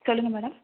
சொல்லுங்கள் மேடம்